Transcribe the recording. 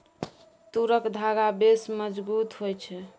तूरक धागा बेस मजगुत होए छै